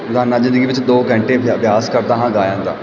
ਰੋਜ਼ਾਨਾ ਜ਼ਿੰਦਗੀ ਵਿੱਚ ਦੋ ਘੰਟੇ ਅਭਿ ਅਭਿਆਸ ਕਰਦਾ ਹਾਂ ਗਾਇਨ ਦਾ